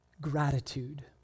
gratitude